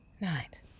Night